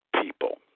people